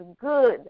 good